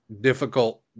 difficult